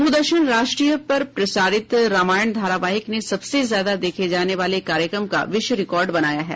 दूरदर्शन राष्ट्रीय पर प्रसारित रामायण धारावाहिक ने सबसे ज्यादा देखे जाने वाले कार्यक्रम का विश्व रिकॉर्ड बनाया है